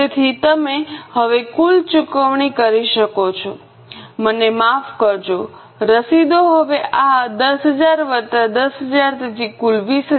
તેથી તમે હવે કુલ ચુકવણી કરી શકો છો મને માફ કરજો રસીદો હવે આ 10000 વત્તા 10000 તેથી કુલ 20000 છે